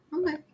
okay